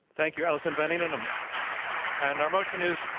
thank you, alison van eenennaam. um and our motion is,